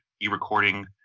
e-recording